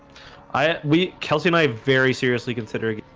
i we kelsey my very seriously considering